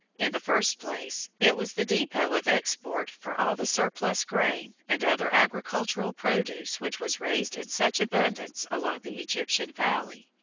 in the first place, it was the depot of export for all the surplus grain and other agricultural produce which was raised in such abundance along the egyptian valley.